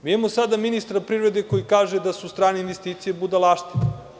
Mi imamo sada ministra privrede koji kaže da su strane investicije budalaštine.